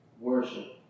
Worship